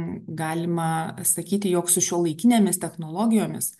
galima sakyti jog su šiuolaikinėmis technologijomis